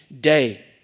day